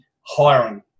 hiring